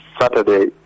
Saturday